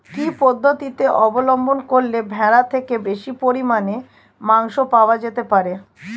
কি পদ্ধতিতে অবলম্বন করলে ভেড়ার থেকে বেশি পরিমাণে মাংস পাওয়া যেতে পারে?